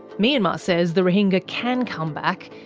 myanmar says the rohingya can come back,